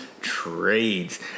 trades